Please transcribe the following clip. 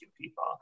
people